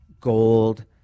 gold